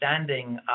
understanding